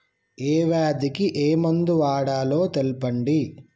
ఏ వ్యాధి కి ఏ మందు వాడాలో తెల్పండి?